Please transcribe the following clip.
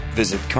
visit